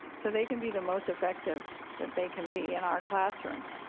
so they can be the most effective that they can be in our classrooms.